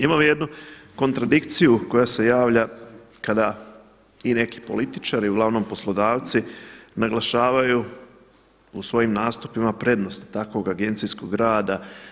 Imam jednu kontradikciju koja se javlja kada i neki političari uglavnom poslodavci naglašavaju u svojim nastupima prednost takvog agencijskog rada.